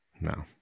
No